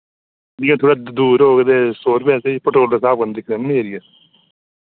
जि'यां थोह्ड़ा दूर होग ते सौ रपेआ सेही पट्रोल दे स्हाब कन्नै दिक्खने नि एरिया